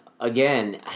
again